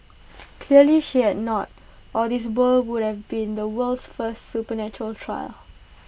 clearly she had not or this ball would have been the world's first supernatural trial